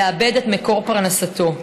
לאבד את מקור פרנסתו.